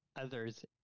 others